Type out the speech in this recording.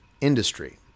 industry